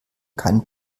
kein